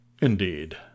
Indeed